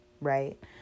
right